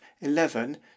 eleven